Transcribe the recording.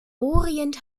orient